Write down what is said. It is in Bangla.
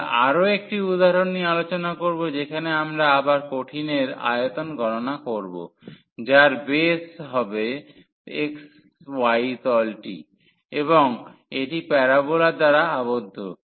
আমরা আরও একটি উদাহরণ নিয়ে আলোচনা করব যেখানে আবার আমরা কঠিনের আয়তন গণনা করব যার বেশ হবে xy তলটি এবং এটি প্যারাবোলা দ্বারা আবদ্ধ